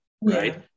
right